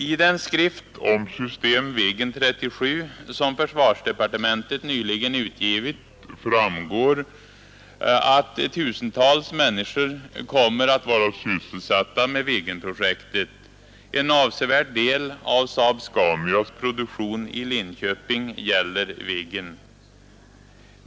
I den skrift om system Viggen 37 som försvarsdepartementet nyligen utgivit framgår att tusentals människor kommer att vara sysselsatta med Viggenprojektet. En avsevärd del av SAAB-Scanias produktion i Linköping gäller Viggen.